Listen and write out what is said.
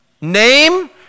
name